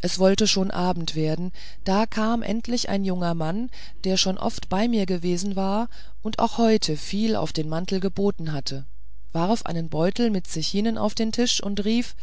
es wollte schon abend werden da kam endlich ein junger mann der schon oft bei mir gewesen war und auch heute viel auf den mantel geboten hatte warf einen beutel mit zechinen auf den tisch und rief